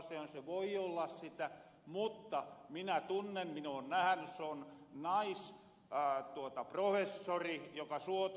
se voi olla sitä mutta minä tunnen minoon nähäny se on naisprofessori joka suota tutkii